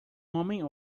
homem